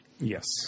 Yes